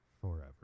forever